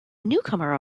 newcomer